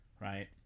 right